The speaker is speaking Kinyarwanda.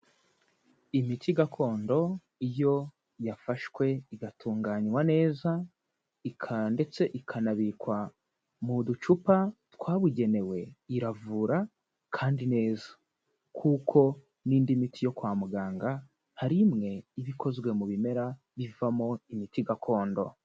Imiti gakondo iyo yafashwe igatunganywa neza ika ndetse ikanabikwa mu ducupa twabugenewe iravura kandi neza, kuko n'indi miti yo kwa muganga hari imwe iba ikozwe mu bimera ivamo imiti gakondo.